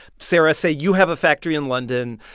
sarah, say you have a factory in london.